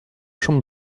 chambre